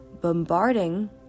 bombarding